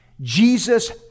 Jesus